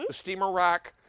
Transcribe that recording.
and steamer rack,